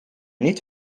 niet